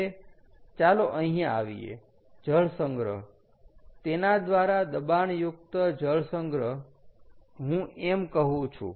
હવે ચાલો અહિયાં આવીએ જળ સંગ્રહ તેના દ્વારા દબાણયુકત જળ સંગ્રહ હું એમ કહું છું